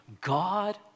God